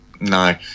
No